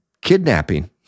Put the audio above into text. kidnapping